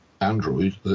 Android